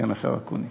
סגן השר אקוניס,